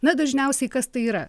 na dažniausiai kas tai yra